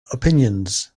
opinions